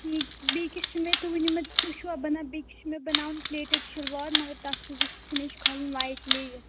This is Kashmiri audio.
ٹھیٖک بیٚیہِ کیٛاہ چھُ مےٚ تُہۍ ؤنِو مےٚ تُہۍ چھُوا بَناوان بیٚیِس چھُ مےٚ بَناوُن پلیٹِڈ شِلوار مگر تَتھ چھُ بُتھِ فِنِش کھالُن لایِٹ لیس